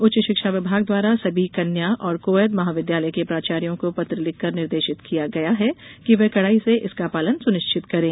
उच्च शिक्षा विभाग द्वारा सभी कन्या और को ऐड महाविद्यालय के प्राचार्या को पत्र लिखकर निर्देशित किया गया है कि वे कड़ाई से इसका पालन सुनिश्चित करें